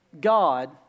god